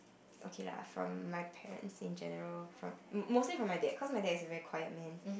okay lah from my parents in general from most~ mostly from my dad cause my dad is a very quiet man